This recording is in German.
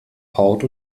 haut